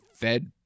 fed